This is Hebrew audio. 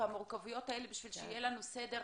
והמורכבות הזו בשביל שיהיה לנו סדר,